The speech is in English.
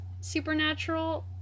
supernatural